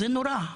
זה נורא.